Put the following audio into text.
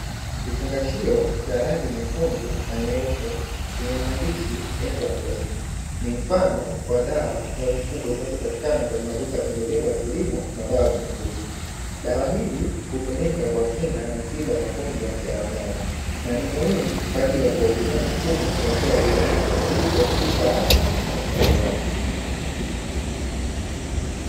Kifungashio cha rangi nyekundu na nyeupe, chenye maandishi "Enzaprost", ni mfano wa dawa ya mifugo, zinazopatikana kwenye maduka ya pembejeo za kilimo na dawa za mifugo. Dawa hizi hutumika kwa kinga na tiba ya magonjwa ya wanyama na ni muhimu kwa ajili ya kuwahudumia mifugo kwa njia bora ili kuhakikisha afya na ustawi wao.